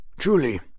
Truly